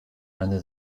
eine